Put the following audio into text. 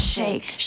Shake